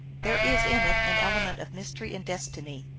there is in it an element of mystery and destiny,